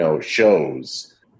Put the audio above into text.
shows